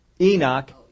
Enoch